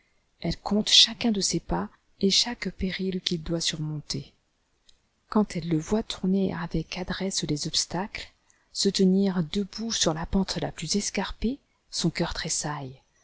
elle compte chacun de ses pas et chaque péril qu'il doit surmonter quand elle le voit tourner avec adresse les obstacles se tenir debout sur la pente la plus escarpée son cœur tressaille